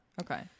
Okay